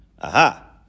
Aha